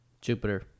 Jupiter